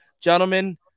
Gentlemen